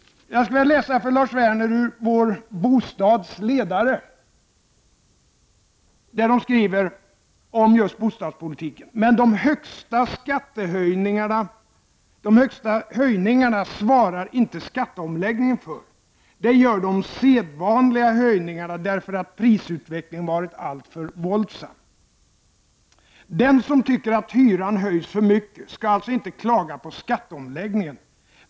Jag skall läsa för Lars Werner ur en ledare i Vår Bostad, där man skriver om just bostadspolitiken: Men de högsta höjningarna svarar inte skatteomläggningen för. Det gör de sedvanliga höjningarna, därför att prisutvecklingen varit alltför våldsam. Den som tycker att hyran höjs för mycket skall alltså inte klaga på skatteomläggningen.